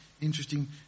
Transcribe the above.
interesting